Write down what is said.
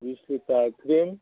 বিছ litre cream